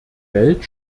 welt